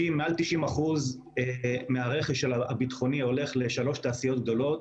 מעל 90% מהרכש הביטחוני הולך לשלוש תעשיות גדולות